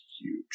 huge